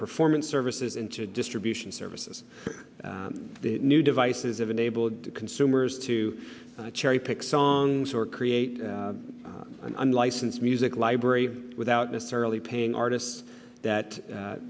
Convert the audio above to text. performance services into distribution services and new devices have enabled the consumers to cherry pick songs or create an unlicensed music library without necessarily paying artists that